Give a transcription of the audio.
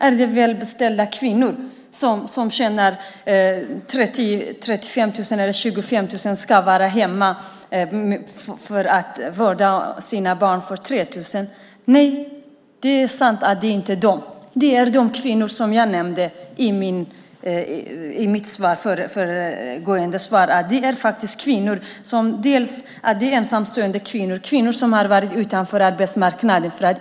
Är det för välbeställda kvinnor som tjänar 25 000-35 000 kronor och som ska vara hemma för att vårda sina barn för 3 000 kronor? Nej, det är sant att det inte är dessa. Det är de kvinnor som jag nämnde i mitt förra inlägg. Det är faktiskt ensamstående kvinnor och kvinnor som har varit utanför arbetsmarknaden.